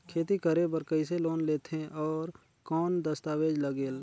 खेती करे बर कइसे लोन लेथे और कौन दस्तावेज लगेल?